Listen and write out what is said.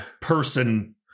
person